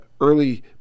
early